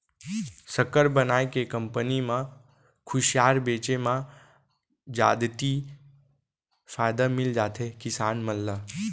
सक्कर बनाए के कंपनी म खुसियार बेचे म जादति फायदा मिल जाथे किसान मन ल